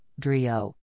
Drio